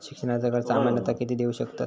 शिक्षणाचा कर्ज सामन्यता किती देऊ शकतत?